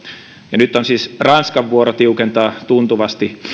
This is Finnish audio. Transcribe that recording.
ja nyt on siis ranskan vuoro tiukentaa tuntuvasti